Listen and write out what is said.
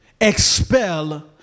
Expel